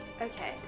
Okay